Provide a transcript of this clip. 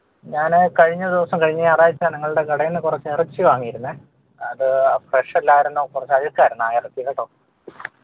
ഞാൻ കഴിഞ്ഞ ദിവസം കഴിഞ്ഞ ഞായറാഴ്ച്ച നിങ്ങളുടെ കടയിൽ നിന്ന് കുറച്ച് ഇറച്ചി വാങ്ങിയിരുന്നേ അത് ഫ്രഷ് അല്ലായിരുന്നു കുറച്ച് അഴുക്കായിരുന്നു ആ ഇറച്ചി കേട്ടോ